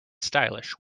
stylish